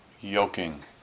yoking